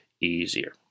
easier